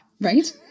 Right